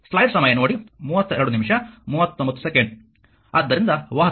ಆದ್ದರಿಂದ ವಾಹಕತೆ G 1R ಆಗಿದೆ